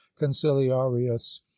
conciliarius